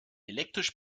elektrisch